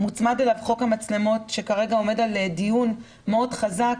מוצמד אליו חוק המצלמות שכרגע עומד על דיון מאוד חזק.